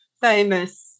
famous